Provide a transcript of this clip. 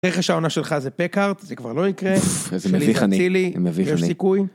רכש העונה שלך זה פקארט, זה כבר לא יקרה. - פפפ איזה מביך אני, איזה מביך אני.